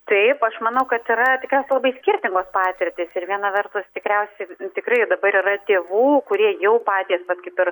taip aš manau kad yra tikriausia labai skirtingos patirtys ir viena vertus tikriausiai tikrai dabar yra tėvų kurie jau patys vat kaip ir